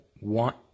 want